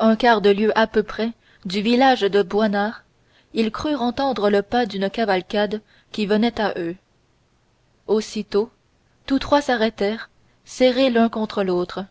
un quart de lieue à peu près du village de boisnar ils crurent entendre le pas d'une cavalcade qui venait à eux aussitôt tous trois s'arrêtèrent serrés l'un contre l'autre